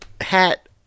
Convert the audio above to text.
hat